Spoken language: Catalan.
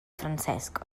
francesc